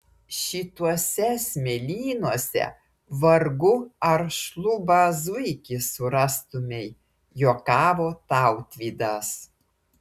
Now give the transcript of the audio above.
šituose smėlynuose vargu ar šlubą zuikį surastumei juokavo tautvydas